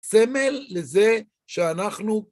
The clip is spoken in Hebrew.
סמל לזה שאנחנו